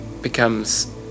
becomes